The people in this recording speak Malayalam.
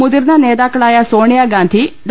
മുതിർന്ന് നേതാക്കളായ സോണിയാഗാന്ധി ഡോ